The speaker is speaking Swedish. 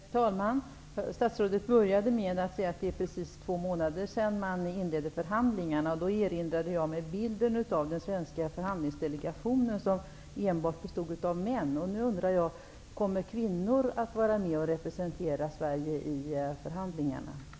Herr talman! Statsrådet inledde med att säga att det är precis två månader sedan förhandlingarna inleddes. Jag erinrade mig då bilden av den svenska förhandlingsdelegationen som enbart bestod av män. Kommer kvinnor att vara med och representera Sverige i förhandlingarna?